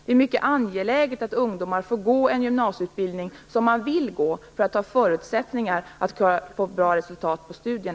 Det är mycket angeläget att ungdomar får gå en gymnasieutbildning som de själva vill gå för att de skall ha förutsättningar att få ett bra resultat i deras studier.